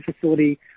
facility